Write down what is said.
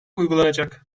uygulanacak